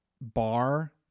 bar